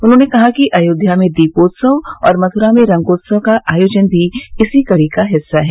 उन्होंने कहा कि अयोध्या में दीपोत्सव और मथुरा में रंगोत्सव का आयोजन भी इसी कड़ी का हिस्सा है